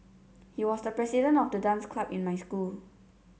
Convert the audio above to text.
he was the president of the dance club in my school